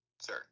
Sir